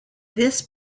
this